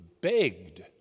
begged